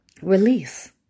release